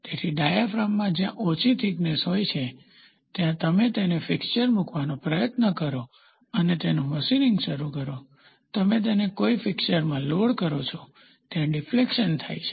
તેથી ડાયાફ્રામમાં જ્યાં ઓછી થીકનેસ હોય છે જ્યારે તમે તેને ફિક્સરમાં મૂકવાનો પ્રયત્ન કરો અને તેનું મશીનીંગ શરૂ કરો તમે તેને કોઈ ફિક્સરમાં લોડ કરો છો ત્યાં ડીફ્લેક્શન થાય છે